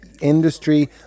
industry